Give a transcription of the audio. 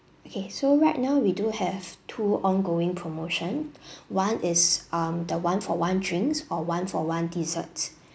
okay so right now we do have two ongoing promotion one is um the one-for-one drinks or one-for-one desserts